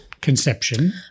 conception